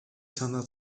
санаа